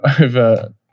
over